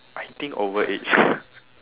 I think overage